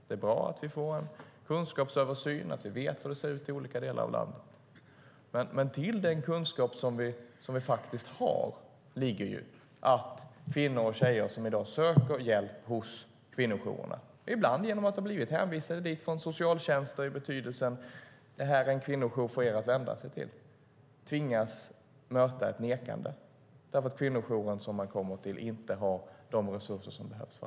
Det är bra att vi får en kunskapsöversyn, att vi vet hur det ser ut i olika delar av landet. Men till den kunskap som vi faktiskt har hör att kvinnor och tjejer som i dag söker hjälp hos kvinnojourerna - ibland har de blivit hänvisade dit från socialtjänsten i betydelsen att det är en kvinnojour som de kan vända sig till - tvingas möta ett nekande därför att kvinnojouren som de kommer till inte har de resurser som behövs.